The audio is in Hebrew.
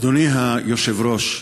אדוני היושב-ראש,